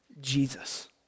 Jesus